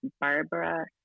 Barbara